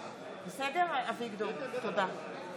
מצביע ינון אזולאי,